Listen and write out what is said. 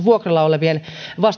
vuokralla olevien